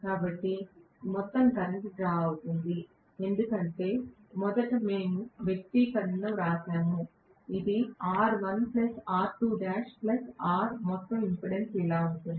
కాబట్టి మొత్తం current draw తగ్గుతుంది ఎందుకంటే మొదట మేము వ్యక్తీకరణను వ్రాసాము ఇది మొత్తం ఇంపెడెన్స్ ఇలా ఉంటుంది